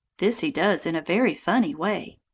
this he does in a very funny way.